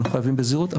אנחנו חייבים בזהירות,